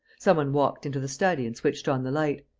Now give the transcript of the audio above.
some one walked into the study and switched on the light.